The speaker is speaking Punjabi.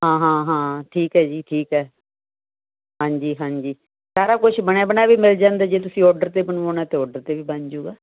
ਹਾਂ ਹਾਂ ਹਾਂ ਠੀਕ ਹੈ ਜੀ ਠੀਕ ਹੈ ਹਾਂਜੀ ਹਾਂਜੀ ਸਾਰਾ ਕੁਛ ਬਣਿਆ ਬਣਿਆ ਵੀ ਮਿਲ ਜਾਂਦਾ ਜੇ ਤੁਸੀਂ ਆਰਡਰ 'ਤੇ ਬਣਵਾਉਣਾ ਤਾਂ ਆਰਡਰ 'ਤੇ ਵੀ ਬਣ ਜਾਊਗਾ